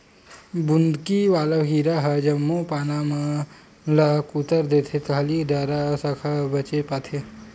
बुंदकी वाला कीरा ह जम्मो पाना मन ल कुतर देथे खाली डारा साखा बचे पाथे